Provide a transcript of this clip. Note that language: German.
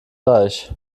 reich